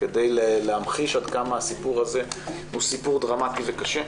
כדי להמחיש עד כמה הסיפור הזה הוא סיפור דרמטי וקשה.